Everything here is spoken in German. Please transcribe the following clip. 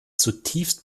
zutiefst